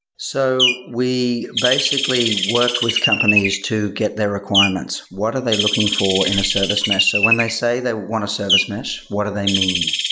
so we basically worked with companies to get their requirements. what are they looking for in a service mesh? so when they say they want a service mesh, what do they mean?